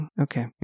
okay